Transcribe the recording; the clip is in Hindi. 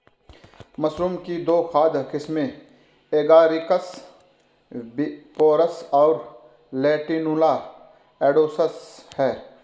मशरूम की दो खाद्य किस्में एगारिकस बिस्पोरस और लेंटिनुला एडोडस है